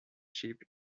ship